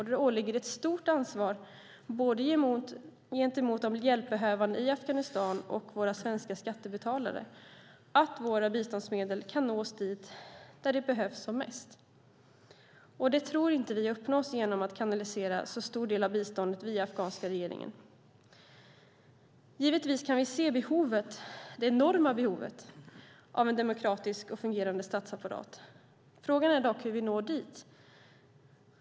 Det ligger ett stort ansvar gentemot både de hjälpbehövande i Afghanistan och våra svenska skattebetalare att våra biståndsmedel kan nås dit där de behövs som mest. Det tror vi inte uppnås genom att kanalisera en så stor del av biståndet via den afghanska regeringen. Givetvis kan vi se det enorma behovet av en demokratisk och fungerande statsapparat. Frågan är dock hur vi når dit.